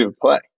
play